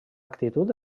actitud